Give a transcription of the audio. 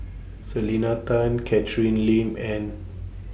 Selena Tan Catherine Lim and